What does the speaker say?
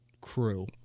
crew